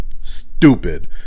Stupid